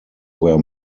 where